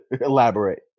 Elaborate